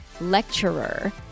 lecturer